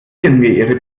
ihre